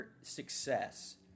success